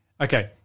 Okay